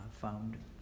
found